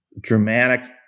dramatic